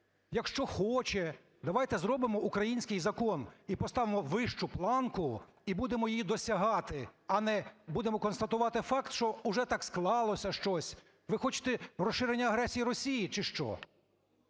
якщо хоче". Давайте зробимо український закон і поставимо вищу планку, і будемо її досягати. А не будемо констатувати факт, що вже так склалося щось. Ви хочете розширення агресії Росії, чи що